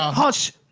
ah hush.